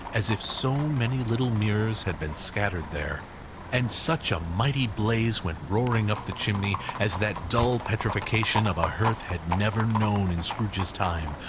as if so many little mirrors had been scattered there and such a mighty blaze went roaring up the chimney, as that dull petrification of a hearth had never known in scrooge's time,